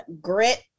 grit